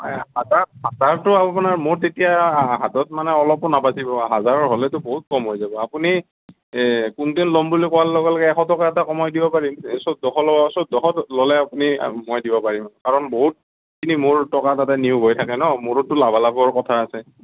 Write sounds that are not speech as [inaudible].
[unintelligible] হাতত মানে অলপো নাবাচিব হাজাৰৰ হ'লেতো বহুত কম হৈ যাব আপুনি কুইণ্টেল লম বুলি কোৱাৰ লগে লগে এশ টকা এটা কমাই দিব পাৰিম চৈধ্যশ চৈধ্যশ ল'লে আপুনি মই দিব পাৰিম কাৰণ বহুতখিনি মোৰ টকা তাতে নিয়োগ হৈ থাকে ন' মোৰোতো লাভালাভৰ কথা আছে